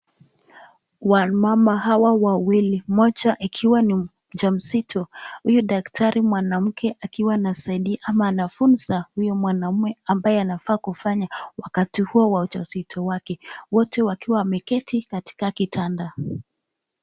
Wamama hawa wawili. Mmoja akiwa ni mjamzito. Huyu daktari mwanamke akiwa anasaidia ama anafunza huyu mwanaume ambaye anafaa kufanya wakati huo wa uja uzito wake, wote wakiwa wameketi katika kitanda.